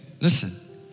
Listen